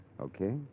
Okay